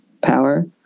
power